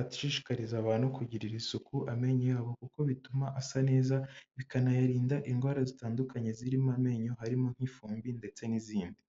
ashishikariza abantu kugirira isuku amenyo yabo kuko bituma asa neza bikanayarinda indwara zitandukanye zirimo amenyo harimo nk'ifumbi ndetse n'izindi.